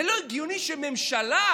זה לא הגיוני שבממשלה,